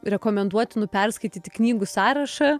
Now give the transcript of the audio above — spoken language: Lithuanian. rekomenduotinų perskaityti knygų sąrašą